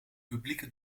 publieke